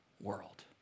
world